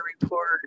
report